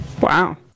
Wow